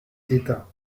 dédain